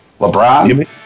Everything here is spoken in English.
LeBron